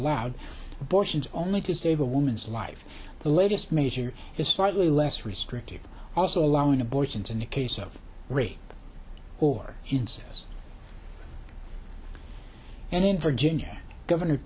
allowed bush and only to save a woman's life the latest measure is slightly less restrictive also allowing abortions in the case of rape or incest and in virginia governor